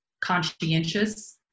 conscientious